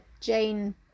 Jane